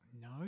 No